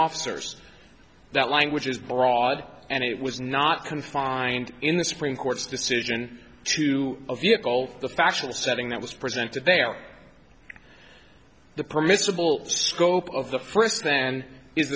officers that language is broad and it was not confined in the supreme court's decision to the vehicle the factual setting that was presented there the permissible scope of the first then